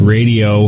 Radio